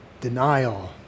denial